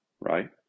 Right